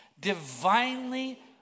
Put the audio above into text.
Divinely